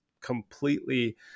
completely